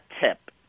tip